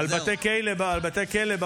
על בתי כלא בעולם.